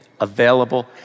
available